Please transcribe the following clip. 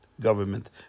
government